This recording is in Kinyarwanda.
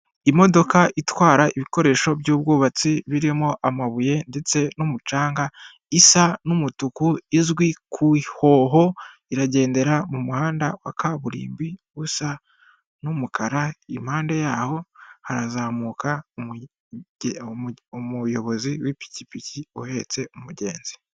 Imodoka itwara ibikoresho by'ubwubatsi, birimo amabuye ndetse n'umucanga, isa n'umutuku, izwi ku ihoho, iragendera mu muhanda wa kaburimbi usa n'umukara, impande yaho harazamuka umuyobozi w'ipikipiki uhetse umugenzi.